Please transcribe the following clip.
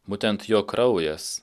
būtent jo kraujas